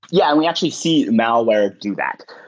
yeah. we actually see malware do that.